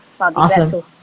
Awesome